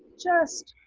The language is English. just